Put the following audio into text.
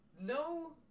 no